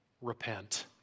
repent